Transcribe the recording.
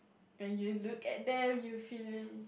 when you look at them you feel